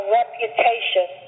reputation